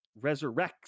resurrects